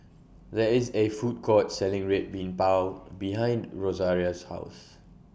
There IS A Food Court Selling Red Bean Bao behind Rosaria's House